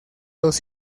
dos